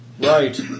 Right